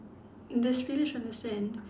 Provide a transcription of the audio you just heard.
there's spillage on the sand